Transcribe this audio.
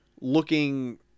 looking